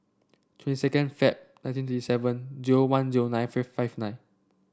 twenty second Feb nineteen thirty seven zero one zero nine fifth five nine